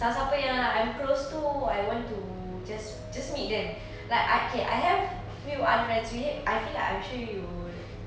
siapa siapa yang I'm close to I want to just just meet them like okay I have a few other friends with it I think like I'm sure you